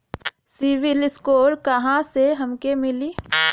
CIBIL score कहाँसे हमके मिली?